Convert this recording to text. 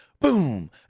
Boom